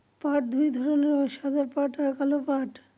পাট দুই ধরনের হয় সাদা পাট আর কালো পাট